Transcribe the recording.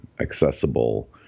accessible